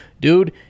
dude